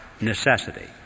necessity